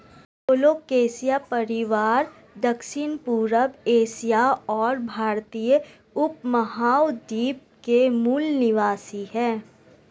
colocasia परिवार दक्षिणपूर्वी Asia और भारतीय उपमहाद्वीप के मूल निवासी है